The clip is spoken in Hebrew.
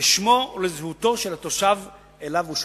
לשמו או לזהותו של התושב שלו הוא שייך.